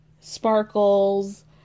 sparkles